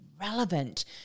relevant